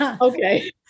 Okay